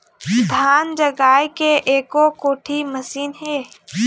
धान जगाए के एको कोठी मशीन हे?